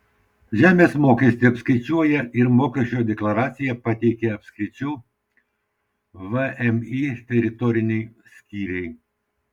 žemės mokestį apskaičiuoja ir mokesčio deklaraciją pateikia apskričių vmi teritoriniai skyriai